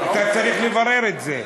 אתה צריך לברר את זה.